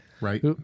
right